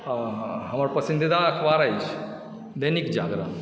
हमर पसन्दीदा अखबार अछि दैनिक जागरण